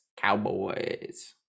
Cowboys